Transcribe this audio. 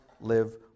live